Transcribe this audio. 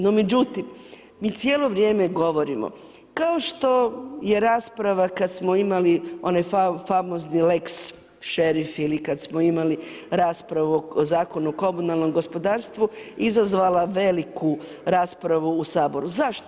No međutim, mi cijelo vrijeme govorimo kao što je rasprava kad smo imali ovaj famozni lex šerif ili kad smo imali raspravu o Zakonu o komunalnom gospodarstvu izazvala veliku raspravu u Saboru, zašto?